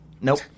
Nope